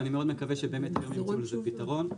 ואני מקווה מאוד שבאמת יהיה לזה פתרון.